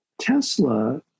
Tesla